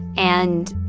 and